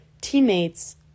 teammates